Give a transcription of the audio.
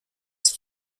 sich